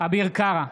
אביר קארה,